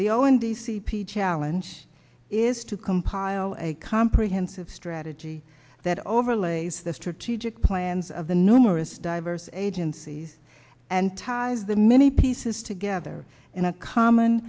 the o and the c p challenge is to compile a comprehensive strategy that overlays the strategic plans of the numerous diverse agencies and ties the many pieces together in a common